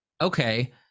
Okay